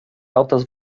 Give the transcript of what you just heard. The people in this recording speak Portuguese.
altas